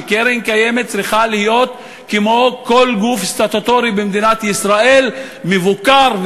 שקרן קיימת צריכה להיות כמו כל גוף סטטוטורי במדינת ישראל: מבוקר,